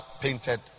painted